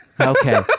Okay